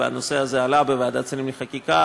והנושא הזה עלה בוועדת השרים לחקיקה,